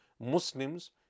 Muslims